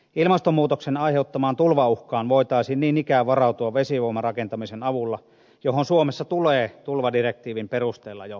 ilmastonmuutoksen aiheuttamaan tulvauhkaan voitaisiin niin ikään varautua vesivoiman rakentamisen avulla johon suomessa tulee tulvadirektiivin perusteella jo valmistautua